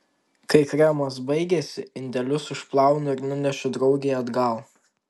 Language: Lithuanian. kai kremas baigiasi indelius išplaunu ir nunešu draugei atgal